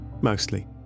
Mostly